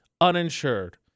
uninsured